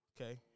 okay